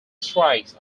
strikes